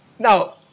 Now